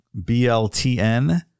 BLTN